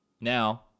Now